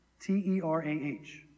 T-E-R-A-H